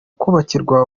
kubakirwa